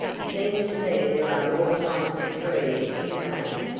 seems to me there are more kinds of trees in maine,